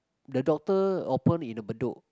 the doctor open in the Bedok